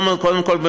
קודם כול,